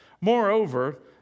Moreover